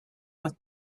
with